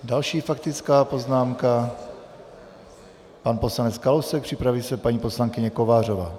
Další faktická poznámka, pan poslanec Kalousek, připraví se paní poslankyně Kovářová.